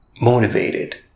motivated